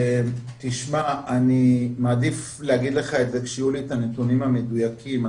אני מעדיף להגיד לך כשיהיו לי הנתונים המדויקים.